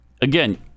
Again